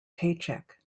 paycheck